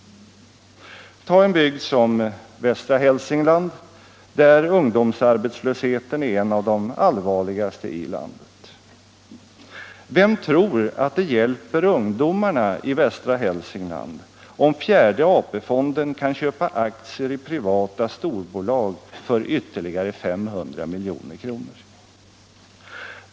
Ta en bygd som västra Hälsingland, där ungdomsarbetslösheten är en av de allvarligaste i landet. Vem tror att det hjälper ungdomarna i västra Hälsingland om fjärde AP-fonden kan köpa aktier i privata storbolag för ytterligare 500 milj.kr.?